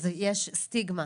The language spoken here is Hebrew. יש סטיגמה.